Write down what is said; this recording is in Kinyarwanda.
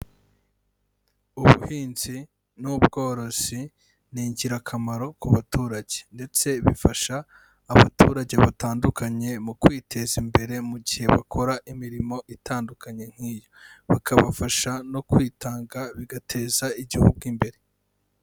Ubuhinzi n'ubworozi ni ingirakamaro ku baturage ndetse bifasha abaturage batandukanye mu kwiteza imbere mu gihe bakora imirimo itandukanye nk'iyo, bikabafasha no kwitanga, bigateza igihugu imbere.